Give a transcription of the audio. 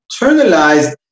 internalized